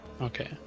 Okay